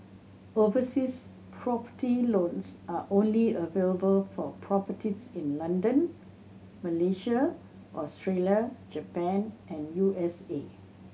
overseas property loans are only available for properties in London Malaysia Australia Japan and U S A